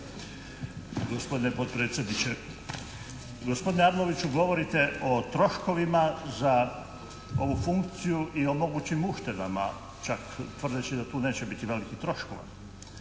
Gospodine potpredsjedniče. Gospodine Arloviću govorite o troškovima za ovu funkciju i o mogućim uštedama čak tvrdeći da tu neće biti velikih troškova.